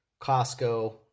Costco